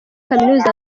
kaminuza